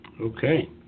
Okay